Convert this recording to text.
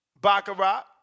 Baccarat